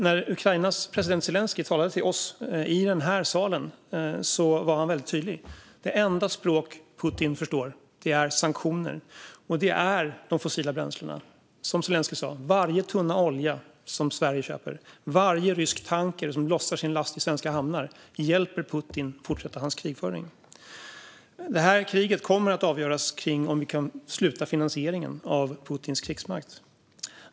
När Ukrainas president Zelenskyj talade till oss i denna sal var han väldigt tydlig: Det enda språk Putin förstår är sanktioner. Det handlar om de fossila bränslena. Som Zelenskyj sa: Varje tunna olja som Sverige köper och varje rysk tanker som lossar sin last i svenska hamnar hjälper Putin att fortsätta sin krigföring. Det här kriget kommer att avgöras av om vi kan sluta med finansieringen av Putins krigsmakt.